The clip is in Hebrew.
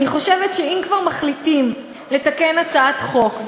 אני חושבת שאם כבר מחליטים לתקן הצעת חוק,